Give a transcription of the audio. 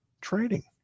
trading